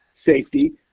safety